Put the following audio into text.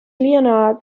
leonard